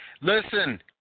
Listen